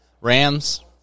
Rams